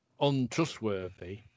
untrustworthy